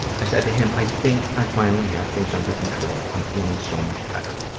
i said to him, i think i finally have things under control, i'm feeling so much better.